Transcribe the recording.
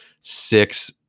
six